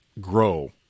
grow